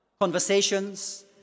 Conversations